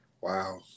wow